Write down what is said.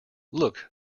look